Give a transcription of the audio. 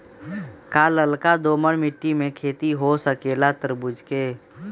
का लालका दोमर मिट्टी में खेती हो सकेला तरबूज के?